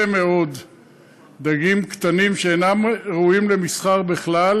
מאוד דגים קטנים שאינם ראויים למסחר בכלל,